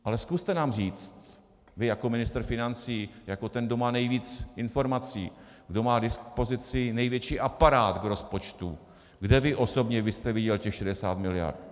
Ale zkuste nám říct vy jako ministr financí, jako ten, kdo má nejvíc informací, kdo má k dispozici největší aparát k rozpočtu, kde vy osobně byste viděl těch 60 miliard.